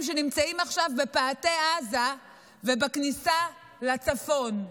שנמצאים עכשיו בפאתי עזה ובכניסה לצפון,